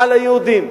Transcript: על היהודים.